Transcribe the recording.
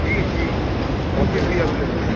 जी जी कॉपी भी अवलेबुल है